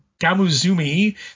GamuZumi